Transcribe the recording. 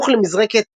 בסמוך למזרקת